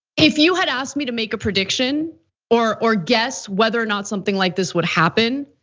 if you had asked me to make a prediction or or guess whether or not something like this would happen,